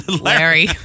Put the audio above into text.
Larry